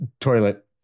toilet